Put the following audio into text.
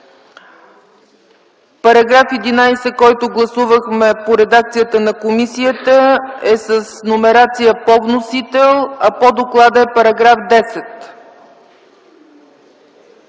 Параграф 11, който гласувахме по редакцията на комисията, е с номерация по вносител, а по доклада е § 10.